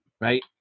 Right